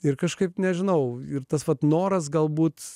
ir kažkaip nežinau ir tas pat noras galbūt